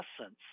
essence